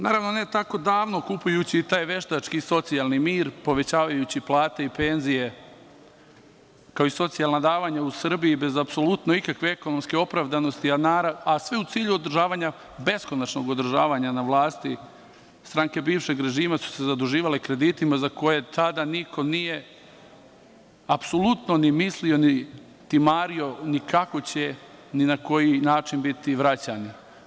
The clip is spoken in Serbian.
Naravno, ne tako davno, kupujući taj veštački socijalni mir, povećavajući plate i penzije, kao i socijalna davanja u Srbiji bez apsolutno ikakve ekonomske opravdanosti, a sve u cilju održavanja, beskonačnog održavanja na vlasti, stranke bivšeg režima su se zaduživale kreditima za koje tada niko nije apsolutno ni mislio, niti mario kako će ni na koji način biti vraćeni.